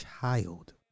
child